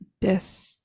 death